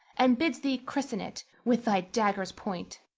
and bids thee christen it with thy dagger's point.